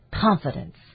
Confidence